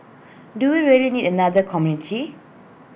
do we really need another community